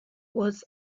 was